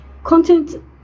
Content